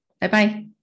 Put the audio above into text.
Bye-bye